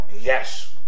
Yes